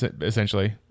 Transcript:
essentially